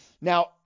Now